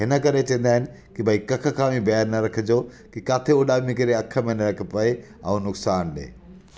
हिन करे चवंदा आहिनि की भई कख खां बि बैरि न रखिजो की किते उॾामी करे अख़ में न अचे पए ऐं नुक़सान ॾिए